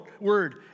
word